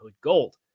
Gold